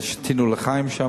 שתינו "לחיים" שם,